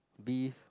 beef